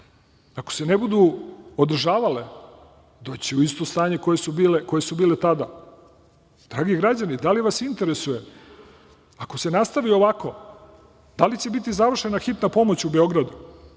ako se ne budu održavale doći će u isto stanje u kome su bile tada. Dragi građani, da li vas interesuje, ako se nastavi ovako, da li će biti završena hitna pomoć u Beogradu?